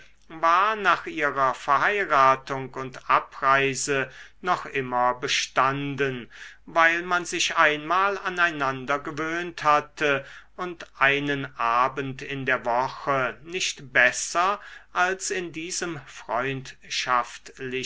war nach ihrer verheiratung und abreise noch immer bestanden weil man sich einmal aneinander gewöhnt hatte und einen abend in der woche nicht besser als in diesem